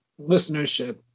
listenership